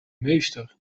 meester